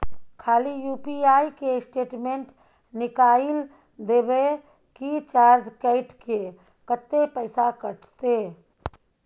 खाली यु.पी.आई के स्टेटमेंट निकाइल देबे की चार्ज कैट के, कत्ते पैसा कटते?